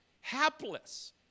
Hapless